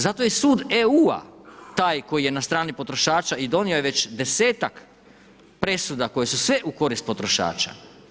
Zato je sud EU-a taj koji je na strani potrošača i donio je već desetak presuda koje su sve u korist potrošača.